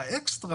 והאקסטרה,